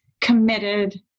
committed